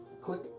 Click